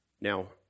Now